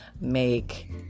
make